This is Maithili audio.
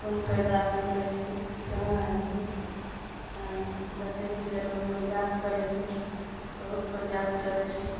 कोन कैदा सऽ उड़ै छै केना होइ छै हँ देखै के लियए लोक परियास करै छै बहुत परियास करै छै